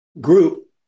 Group